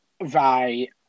Right